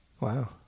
Wow